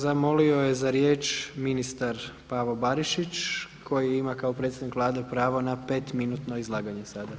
Zamolio je za riječ ministar Pavo Barišić koji ima kao predstavnik Vlade pravo na petminutno izlaganje sada.